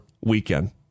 weekend